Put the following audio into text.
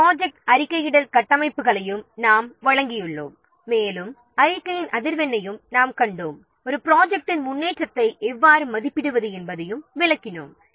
project அறிக்கையிடல் கட்டமைப்புகளையும் நாம் வழங்கியுள்ளோம் மேலும் அறிக்கையின் அதிர்வெண்ணையும் நாம் விளக்கினோம் ஒரு ப்ராஜெக்ட்டின் முன்னேற்றத்தை எவ்வாறு மதிப்பிடுவது என்பதையும் விளக்கினோம்